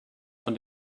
von